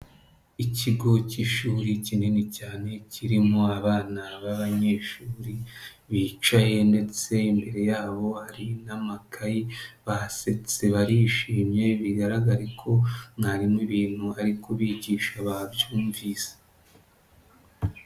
Ikigo k'ishuri kinini cyane kirimo abana b'abanyeshuri bicaye ndetse imbere yabo hari n'amakayi basetse, barishimye bigaragare ko mwarimu ibintu ari kubigisha babyumvise.